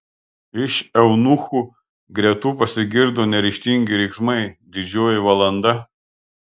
iš eunuchų gretų pasigirdo neryžtingi riksmai didžioji valanda